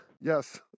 Yes